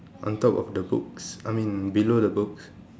on top of the books I mean below the books